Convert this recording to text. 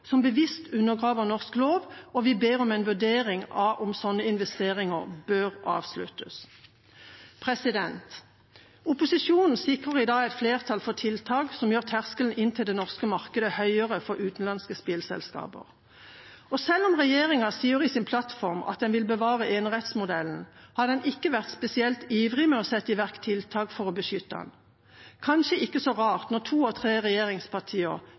som bevisst undergraver norsk lov, og vi ber om en vurdering av om slike investeringer bør avsluttes. Opposisjonen sikrer i dag et flertall for tiltak som gjør terskelen inn til det norske markedet høyere for utenlandske spillselskaper. Selv om regjeringa sier i sin plattform at den vil bevare enerettsmodellen, har den ikke vært spesielt ivrig når det gjelder å sette i verk tiltak for å beskytte den – kanskje ikke så rart når to av tre regjeringspartier